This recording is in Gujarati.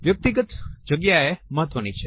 વ્યક્તિગત જગ્યા એ મહત્વની છે